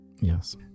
Yes